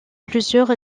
plusieurs